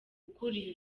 ukuriye